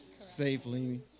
safely